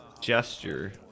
gesture